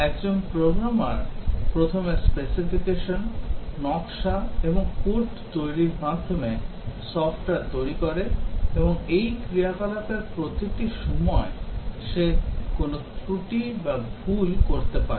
একজন প্রোগ্রামার প্রথমে স্পেসিফিকেশন নকশা এবং কোড তৈরির মাধ্যমে সফ্টওয়্যার তৈরি করে এবং এই ক্রিয়াকলাপের প্রতিটি সময় সে কোনও ত্রুটি বা ভুল করতে পারে